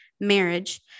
marriage